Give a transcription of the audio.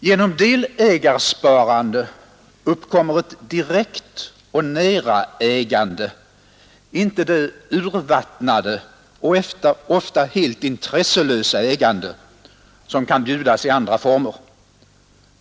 Genom delägarsparande uppkommer ett direkt och nära ägande, inte det urvattnade och ofta helt intresselösa ägande som kan bjudas i andra former.